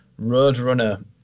Roadrunner